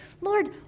Lord